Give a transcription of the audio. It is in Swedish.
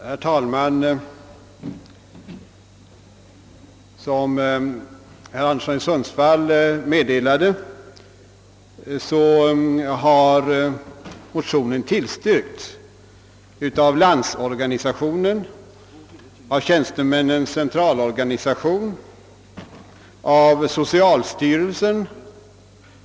Herr talman! Som herr Anderson i Sundsvall påpekade har motionen tillstyrkts av bl.a. LO, TCO och socialstyrelsen.